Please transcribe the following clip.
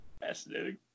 fascinating